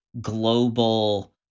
global